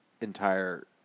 entire